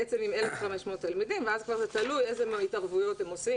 בעצם עם 1,500 תלמידים ואז זה כבר תלוי איזה התערבויות הם עושים,